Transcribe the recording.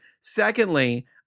Secondly